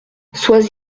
sois